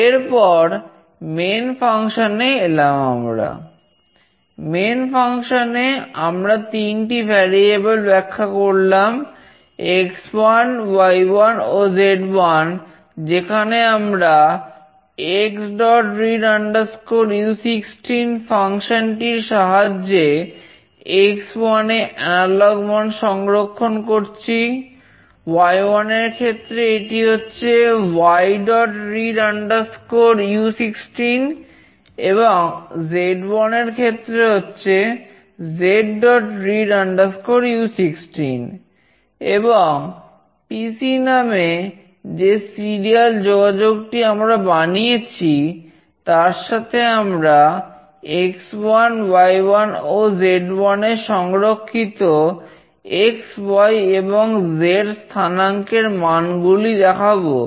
এরপর মেন যোগাযোগ টি আমরা বানিয়েছি তার সাথে আমরা x1 y1 ও z1 এ সংরক্ষিত x y এবং z স্থানাঙ্কের মানগুলি দেখাবো